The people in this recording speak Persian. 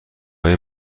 های